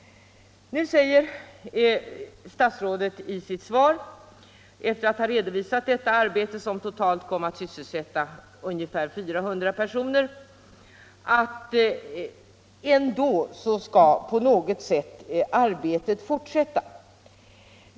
Nu säger statsrådet i sitt svar — efter att ha redovisat detta arbete, som totalt kom att sysselsätta ungefär 400 personer — att arbetet ändå skall fortsätta på något sätt.